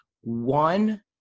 one